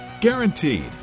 Guaranteed